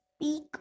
peak